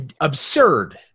Absurd